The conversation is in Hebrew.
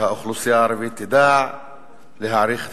והאוכלוסייה הערבית תדע להעריך את